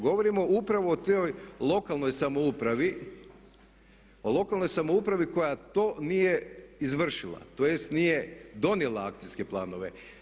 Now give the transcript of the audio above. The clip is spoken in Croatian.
Govorimo upravo o toj lokalnoj samoupravi, o lokalnoj samoupravi koja to nije izvršila, tj. nije donijela akcijske planove.